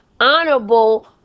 honorable